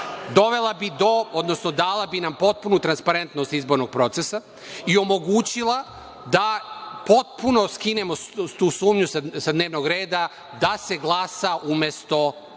dovela bi do, odnosno dala bi nam potpunu transparentnost izbornog procesa i omogućila da potpuno skinemo tu sumnju sa dnevnog reda da se glasa umesto